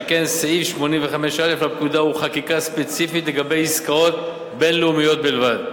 שכן סעיף 85א לפקודה הוא חקיקה ספציפית לגבי עסקאות בין-לאומיות בלבד.